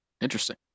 Interesting